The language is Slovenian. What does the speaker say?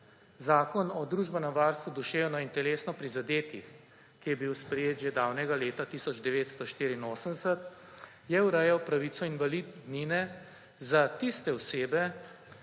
Zakon o družbenem varstvu duševno in telesno prizadetih, ki je bil sprejet že davnega leta 1984, je urejal pravico invalidnine za tiste osebe,